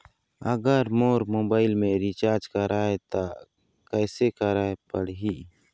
अगर मोर मोबाइल मे रिचार्ज कराए त कैसे कराए पड़ही?